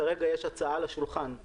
כרגע יש הצעה על השולחן,